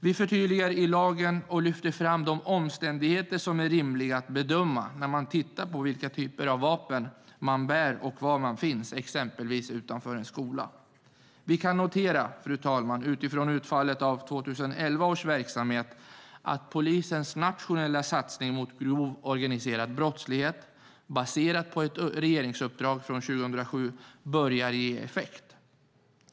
Vi förtydligar i lagen och lyfter fram de omständigheter som är rimliga att bedöma när man tittar på vilka typer av vapen man bär och var man finns, exempelvis utanför en skola. Fru talman! Vi kan notera utifrån utfallet av 2011 års verksamhet att polisens nationella satsning mot grov organiserad brottslighet, baserat på ett regeringsuppdrag från 2007, börjar ge effekt.